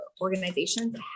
organizations